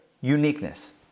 uniqueness